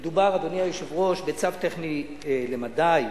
מדובר בצו טכני למדי,